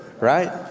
right